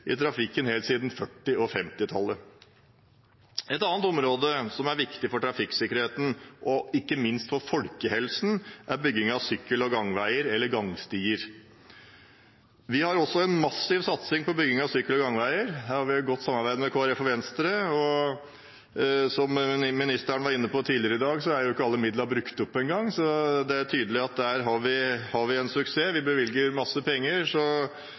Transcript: i trafikken helt siden 1940- og 1950-tallet. Et annet område som er viktig for trafikksikkerheten, og ikke minst for folkehelsen, er bygging av sykkel- og gangveier/gangstier. Vi har også en massiv satsing på bygging av sykkel- og gangveier, i godt samarbeid med Kristelig Folkeparti og Venstre, og som ministeren var inne på tidligere i dag, er ikke engang alle midlene brukt opp, så det er tydelig at der har vi en suksess. Vi bevilger mange penger,